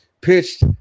pitched